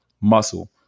muscle